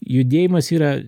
judėjimas yra